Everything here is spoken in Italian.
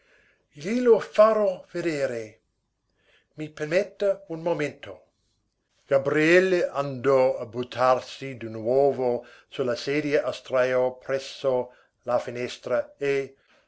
conti glielo farò vedere i permetta un momento gabriele andò a buttarsi di nuovo su la sedia a sdrajo presso la finestra e